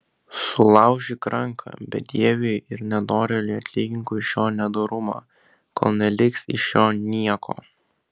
sulaužyk ranką bedieviui ir nedorėliui atlygink už jo nedorumą kol neliks iš jo nieko